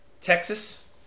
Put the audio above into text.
Texas